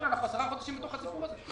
אנחנו עשרה חודשים בתוך הסיפור הזה.